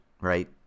right